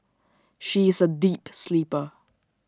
she is A deep sleeper